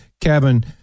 Kevin